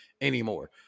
anymore